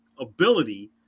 ability